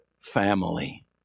family